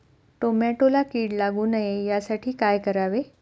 टोमॅटोला कीड लागू नये यासाठी काय करावे?